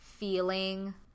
Feeling